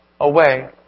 away